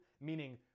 Meaning